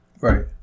right